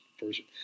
version